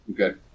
Okay